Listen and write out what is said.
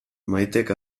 maitek